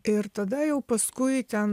ir tada jau paskui ten